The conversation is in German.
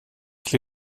lese